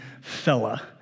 fella